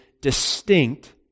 distinct